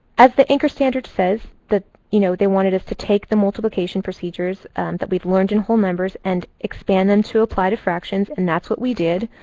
as the anchor standard says, that you know they wanted us to take the multiplication procedures that we've learned in whole numbers and expand them to apply to fractions. and that's what we did.